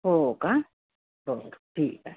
हो का बर ठीक आहे